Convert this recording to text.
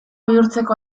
bihurtzeko